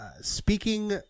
speaking